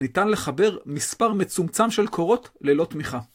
ניתן לחבר מספר מצומצם של קורות ללא תמיכה.